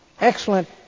Excellent